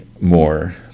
more